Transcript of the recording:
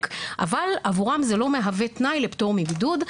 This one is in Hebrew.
אבל עבורם זה לא מהווה תנאי לפטור מבידוד.